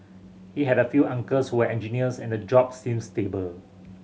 he had a few uncles who were engineers and the job seemed stable